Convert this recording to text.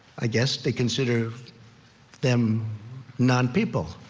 i guess, to consider them non-people.